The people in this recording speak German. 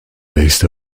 wächst